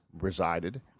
resided